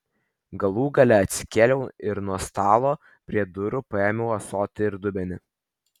galų gale atsikėliau ir nuo stalo prie durų paėmiau ąsotį ir dubenį